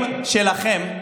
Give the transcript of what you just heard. השרים שלכם,